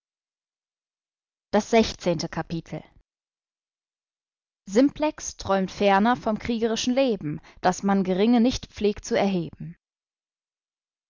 simplex träumt ferner vom kriegerischen leben daß man geringe nicht pfleg zu erheben